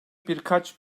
birkaç